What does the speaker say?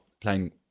playing